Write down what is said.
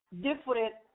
different